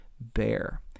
bear